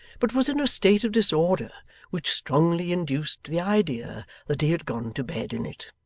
but was in a state of disorder which strongly induced the idea that he had gone to bed in it.